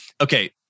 Okay